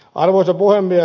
arvoisa puhemies